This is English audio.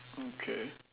okay